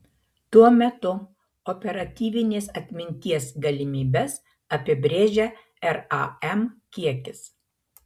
tuo metu operatyvinės atminties galimybes apibrėžia ram kiekis